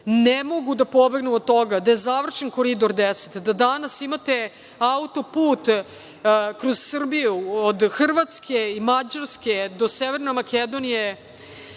ne mogu da pobegnu od toga da je završen Koridor 10, da danas imate autoput kroz Srbiju od Hrvatske i Mađarske do Severne Makedonije